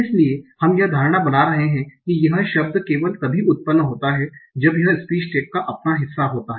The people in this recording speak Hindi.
इसलिए हम यह धारणा बना रहे हैं कि यह शब्द केवल तब ही उत्पन्न होता है जब यह स्पीच टैग का अपना हिस्सा होता है